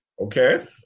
Okay